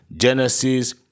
Genesis